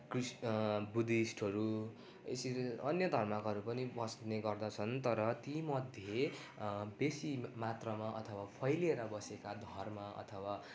क्रिस् बुद्धिस्टहरू यसरी अन्य धर्मकाहरू पनि बस्ने गर्दछन् तर तीमध्ये बेसी मात्रमा अथवा फैलिएर बसेका धर्म अथवा